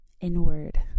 inward